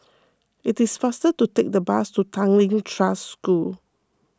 it is faster to take the bus to Tanglin Trust School